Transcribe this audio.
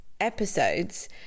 episodes